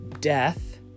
death